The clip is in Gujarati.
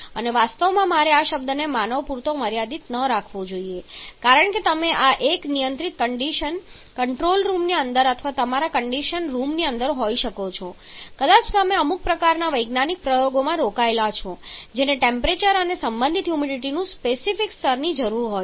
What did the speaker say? અને વાસ્તવમાં મારે આ શબ્દને માનવ પૂરતો મર્યાદિત ન રાખવો જોઈએ કારણ કે તમે આ એક નિયંત્રિત કન્ડિશન કંટ્રોલ રૂમની અંદર અથવા તમારા કન્ડિશન રૂમની અંદર હોઈ શકો છો કદાચ તમે અમુક પ્રકારના વૈજ્ઞાનિક પ્રયોગોમાં રોકાયેલા છો જેને ટેમ્પરેચર અને સંબંધિત હ્યુમિડિટીનું સ્પેસિફિક સ્તરની જરૂર હોય છે